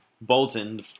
Bolton